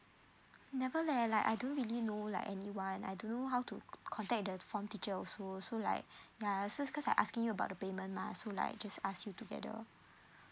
never leh like I don't really know like anyone I don't know how to contact the form teacher also so like yeah so cause I asking you about the payment mah so like just ask you together